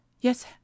yes